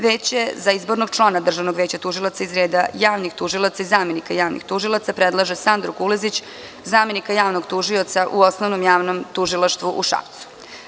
Veće za izbornog člana Državnog veća tužilaca iz reda javnih tužilaca i zamenika javnih tužilaca predlaže Sandru Kulezić, zamenika javnog tužioca u Osnovnom javnom tužilaštvu u Šapcu.